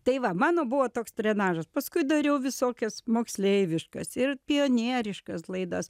tai va mano buvo toks trenažas paskui dariau visokias moksleiviškas ir pionieriškas laidas